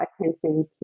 attention